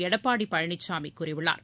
எடப்பாடி பழனிசாமி கூறியுள்ளார்